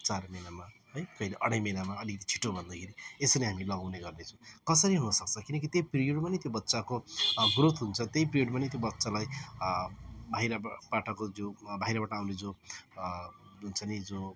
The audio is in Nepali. चार महिनामा है कहिले अढाई महिनामा अलिकति छिटो भन्दाखेरि यसरी हामीले लगाउने गर्दैछौँ कसरी हुनुसक्छ किनकि त्यो पिरियडमा नै त्यो बच्चाको ग्रोथ हुन्छ त्यही पिरियडमा नै त्यो बच्चालाई बाहिरब बाटाको जो बाहिरबाट आउने जो हुन्छ नि जो